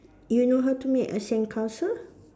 you know how to make a sandcastle